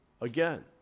again